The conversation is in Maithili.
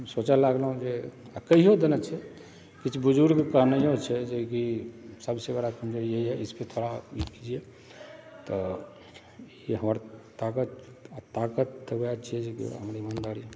सोचै लागलहुँ जे आ कहियो देने छियै किछु बुजुर्ग कहनैयो छै जेकि सबसँ बड़ा कमजोरी यही है इसपे थोड़ा अथी कीजिए तऽ ई हमर ताकत ताकत तऽ ओएह छियै जेकि हम ईमानदार